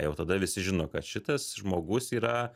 jau tada visi žino kad šitas žmogus yra